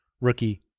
rookie